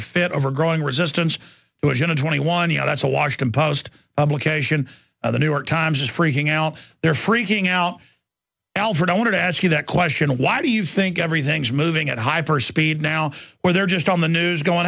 a fit over growing resistance to twenty one you know that's a washington post publication of the new york times is freaking out they're freaking out alfred i want to ask you that question why do you think everything's moving at hyper speed now where they're just on the news going